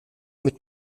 mit